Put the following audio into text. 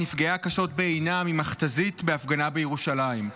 נפגעה קשות בעינה ממכת"זית בהפגנה בירושלים.